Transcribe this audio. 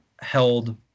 held